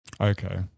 Okay